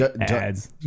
ads